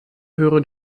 hören